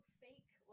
fake